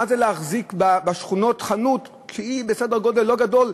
מה זה להחזיק בשכונות חנות לא גדולה,